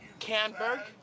Canberg